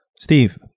Steve